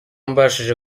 mbashije